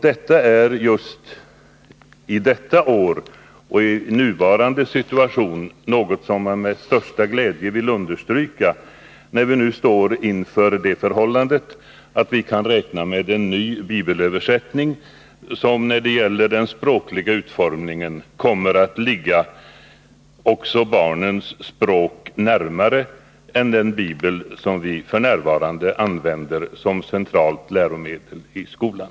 Detta är just i år och i nuvarande situation något som man med största glädje vill understryka, när vi står inför det förhållandet att vi kan räkna med en ny bibelöversättning, som när det gäller den språkliga utformningen kommer att ligga också barnens språk närmare än språket i den bibel som vi f. n. använder som centralt läromedel i skolan.